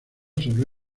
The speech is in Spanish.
sobre